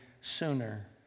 sooner